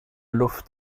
luft